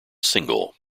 single